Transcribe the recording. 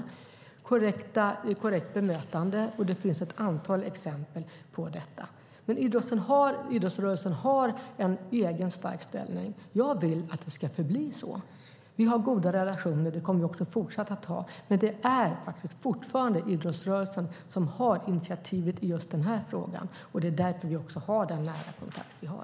Det handlar om korrekt bemötande, och det finns ett antal exempel på detta. Idrottsrörelsen har en egen stark ställning. Jag vill att det ska förbli så. Vi har goda relationer, och det kommer vi också fortsatt att ha. Det är dock fortfarande idrottsrörelsen som har initiativet i just denna fråga, och det är därför vi har den nära kontakt vi har.